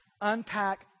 unpack